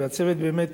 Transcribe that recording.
והצוות באמת